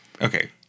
Okay